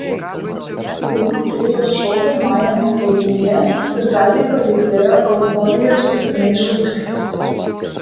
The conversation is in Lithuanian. lino kleizos šou pirmajame kėlinyje sirgaliai palydėjo euforijos kupinais šūksniais